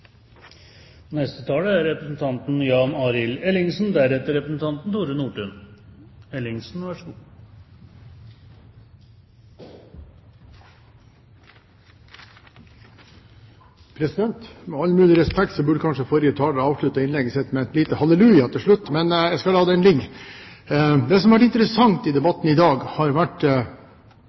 Med all mulig respekt – forrige taler burde kanskje ha avsluttet innlegget sitt med et lite halleluja til slutt. Men jeg skal la det ligge. Det som har vært interessant i debatten i dag, har vært